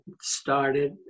started